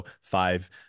five